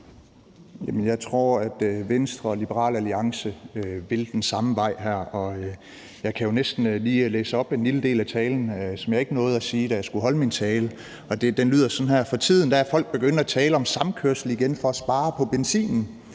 jeg tror, at Venstre og Liberal Alliance her vil den samme vej. Jeg kan lige læse en lille del af talen op, som jeg ikke nåede, da jeg skulle holde min tale. Den lyder sådan her: For tiden er folk begyndt at tale om samkørsel igen for at spare på benzinen,